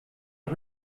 are